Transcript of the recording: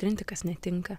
trinti kas netinka